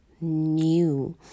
new